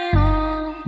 on